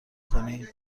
کنی